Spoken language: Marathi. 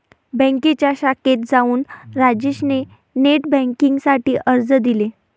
बँकेच्या शाखेत जाऊन राजेश ने नेट बेन्किंग साठी अर्ज दिले